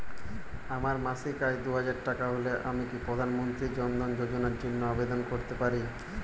আমার মাসিক আয় দুহাজার টাকা হলে আমি কি প্রধান মন্ত্রী জন ধন যোজনার জন্য আবেদন করতে পারি?